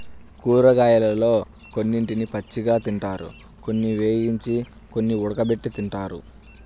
కూరగాయలలో కొన్నిటిని పచ్చిగా తింటారు, కొన్ని వేయించి, కొన్ని ఉడకబెట్టి తింటారు